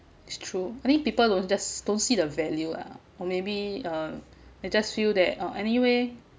it's true I mean people who don't just don't see the value ah or maybe uh it just feel that uh anyway